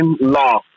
Law